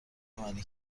عملی